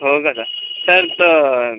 हो का sir sir तर